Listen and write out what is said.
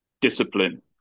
discipline